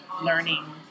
learning